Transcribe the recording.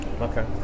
okay